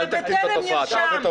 זה ב'טרם נרשם'.